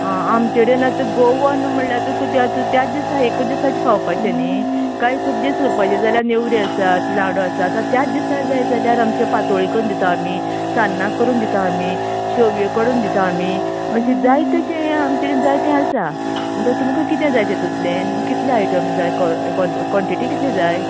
आं आमचें कडेन आता गोवन म्हणल्यार तुका तें तुका आता तें त्याच दिसा एकूच दिसा खावपाचें न्ही कांय खूब दीस उरपाचें जाल्यार नेवऱ्यो आसा लाडू आसा आता त्यात दिसा जाय जाल्यार आमचें पातोळ्यो कन्न दितात आमी सान्नां करून दितात आमी शेवयो करून दितात आमी अशें जाय तशें आमचें जाय तें आसा म्हणटकीर तुमका कितें जाय हितूतलें म्हणजें कितले आयटम जाय कॉ कॉ काॅन्टिटी कितलीं जाय